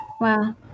Wow